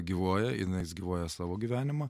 gyvuoja jinais gyvuoja savo gyvenimą